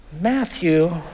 Matthew